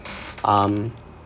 um